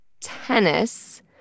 tennis